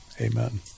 Amen